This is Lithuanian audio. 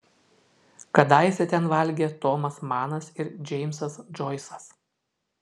kadaise ten valgė tomas manas ir džeimsas džoisas